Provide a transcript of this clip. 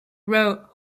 wrote